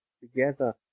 together